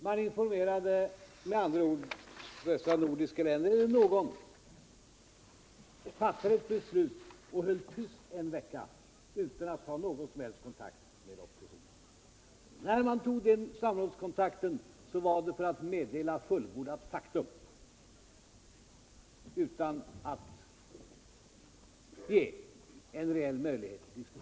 Man informerade med andra ord de nordiska länderna eller något av dem, fattade ett beslut och höll sedan tyst en vecka utan att ta någon som helst kontakt med oppositionen. När man tog en samrådskontakt var det för att meddela fullbordat faktum utan att ge en reell möjlighet till diskussion.